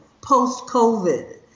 post-COVID